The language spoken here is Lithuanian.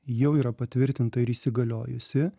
jau yra patvirtinta ir įsigaliojusi